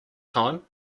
time